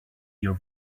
your